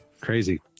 Crazy